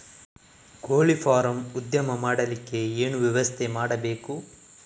ಕೋಳಿ ಫಾರಂ ಉದ್ಯಮ ಮಾಡಲಿಕ್ಕೆ ಏನು ವ್ಯವಸ್ಥೆ ಮಾಡಬೇಕು?